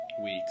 Weeks